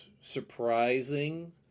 surprising